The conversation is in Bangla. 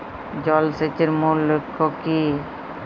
জল সেচের মূল লক্ষ্য কী?